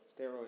steroids